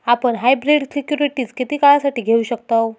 आपण hybrid securities किती काळासाठी घेऊ शकतव